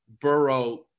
Burrow